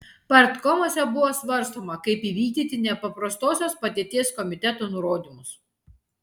partkomuose buvo svarstoma kaip įvykdyti nepaprastosios padėties komiteto nurodymus